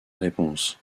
réponses